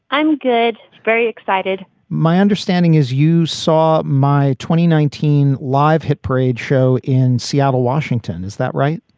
i'm good. very excited my understanding is you saw my twenty nineteen live hit parade show in seattle, washington. is that right?